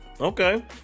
Okay